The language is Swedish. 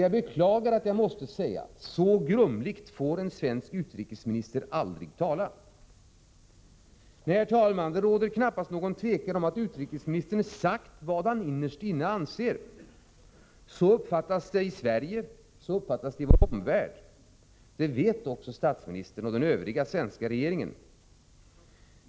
Jag beklagar att jag måste säga: Så grumligt får en svensk utrikesminister aldrig tala. Nej, herr talman, det råder knappast någon tvekan om att utrikesministern har sagt vad han innerst inne anser. Så uppfattas det i Sverige, och så uppfattas det i vår omvärld. Det vet också statsministern och den övriga svenska regeringen.